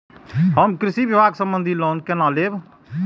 हम कृषि विभाग संबंधी लोन केना लैब?